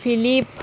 Filipe